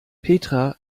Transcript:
petra